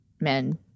men